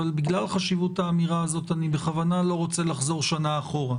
אבל בגלל חשיבות האמירה הזאת אני בכוונה לא רוצה לחזור שנה אחורה.